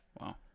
Wow